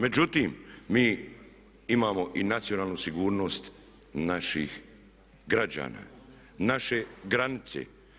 Međutim, mi imamo i nacionalnu sigurnost naših građana, naše granice.